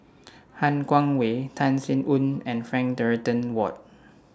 Han Guangwei Tan Sin Aun and Frank Dorrington Ward